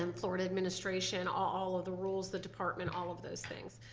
um florida administration, all of the rules, the department all of those things.